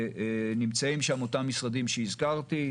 שנמצאים שם אותם משרדים שהזכרתי.